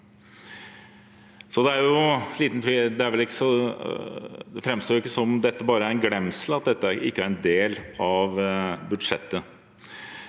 det framstår ikke som at det bare er en glemsel at dette ikke er en del av budsjettet.